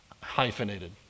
hyphenated